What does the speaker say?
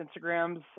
Instagram's